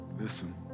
listen